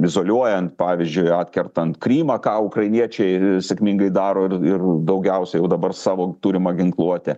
izoliuojant pavyzdžiui atkertant krymą ką ukrainiečiai sėkmingai daro ir ir daugiausiai jau dabar savo turimą ginkluotę